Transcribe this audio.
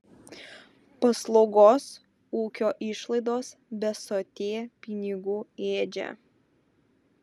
paslaugos ūkio išlaidos besotė pinigų ėdžia